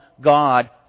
God